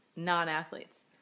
Non-athletes